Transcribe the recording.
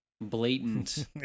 blatant